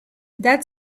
that